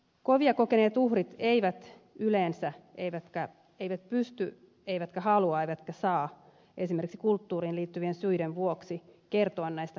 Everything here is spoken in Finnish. kovia kokeneet uhrit eivät yleensä pysty kertomaan eivätkä halua eivätkä saa esimerkiksi kulttuuriin liittyvien syiden vuoksi kertoa näistä kokemuksistaan miehille